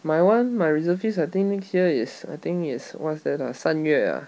my one my reservist I think next year is I think is what's that ah 三月啊